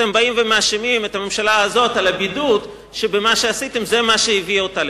אתם מאשימים את הממשלה הזאת על הבידוד שמה שעשיתם הביא אותו לכאן.